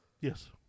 yes